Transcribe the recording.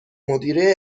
مدیره